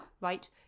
right